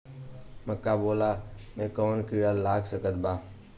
मका के बाल में कवन किड़ा लाग सकता?